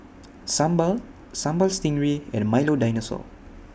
Sambal Sambal Stingray and Milo Dinosaur